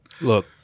Look